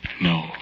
No